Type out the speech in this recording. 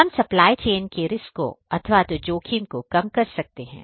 हम supply chain के risk को अथवा तो जोखिम को कम कर सकते हैं